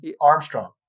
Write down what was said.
Armstrong